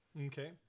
Okay